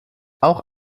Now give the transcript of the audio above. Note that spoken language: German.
auch